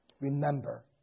Remember